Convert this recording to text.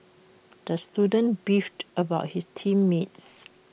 the student beefed about his team mates